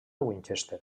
winchester